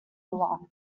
along